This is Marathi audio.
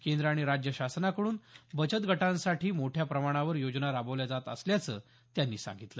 केंद्र आणि राज्य शासनाकडून बचत गटांसाठी मोठ्या प्रमाणावर योजना राबवल्या जात असल्याचं त्यांनी सांगितलं